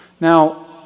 Now